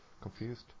confused